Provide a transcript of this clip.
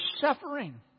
suffering